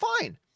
fine